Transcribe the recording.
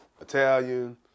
Italian